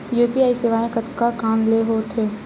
UPI सेवाएं कतका कान ले हो थे?